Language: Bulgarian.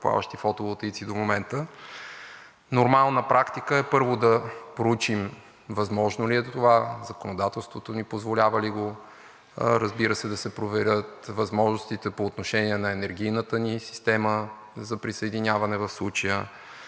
първо, да проучим възможно ли е това, законодателството ни позволява ли го, разбира се, да се проверят възможностите по отношение на енергийната ни система за присъединяване в случая,